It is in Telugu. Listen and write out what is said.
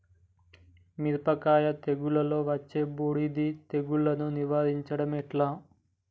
మిరపకాయ తెగుళ్లలో వచ్చే బూడిది తెగుళ్లను నివారించడం ఎట్లా?